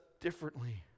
differently